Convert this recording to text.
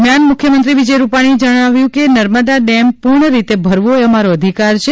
દરમિયાન મુખ્યમંત્રી વિજય રૂપાણીએ જણાવ્યું કે નર્મદા ડેમ પૂર્ણ રીતે ભરવો એ અમારો અધિકાર છે